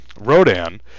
Rodan